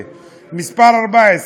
תסביר לי את זה: